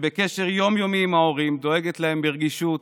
שבקשר יום-יומי עם ההורים, דואגת להם ברגישות,